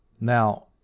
Now